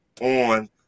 on